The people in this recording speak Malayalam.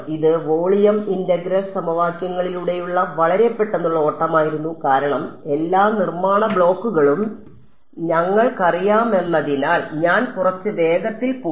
ഇത് വോളിയം ഇന്റഗ്രൽ സമവാക്യങ്ങളിലൂടെയുള്ള വളരെ പെട്ടെന്നുള്ള ഓട്ടമായിരുന്നു കാരണം എല്ലാ നിർമ്മാണ ബ്ലോക്കുകളും ഞങ്ങൾക്കറിയാമെന്നതിനാൽ ഞാൻ കുറച്ച് വേഗത്തിൽ പോയി